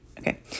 Okay